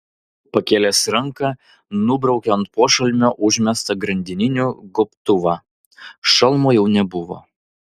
pakėlęs ranką nubraukiau ant pošalmio užmestą grandininių gobtuvą šalmo jau nebuvo